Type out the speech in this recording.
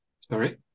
Sorry